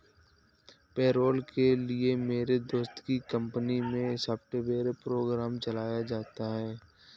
payroll के लिए मेरे दोस्त की कंपनी मै सॉफ्टवेयर प्रोग्राम चलाया जाता है